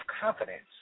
confidence